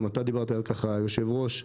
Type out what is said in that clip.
גם אתה דיברת על כך יושב הראש,